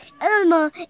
Elmo